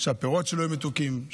שהפירות שלו יהיו מתוקים,